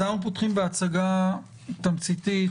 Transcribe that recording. אנחנו פותחים בהצגה תמציתית.